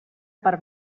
per